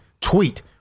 tweet